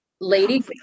Lady